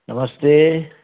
नमस्ते